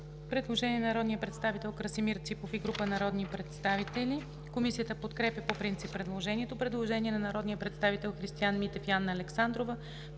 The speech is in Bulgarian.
Предложение на народния представител Красимир Ципов и група народни представители. Комисията подкрепя по принцип предложението. Предложение на народните представители Христиан Митев и Анна Александрова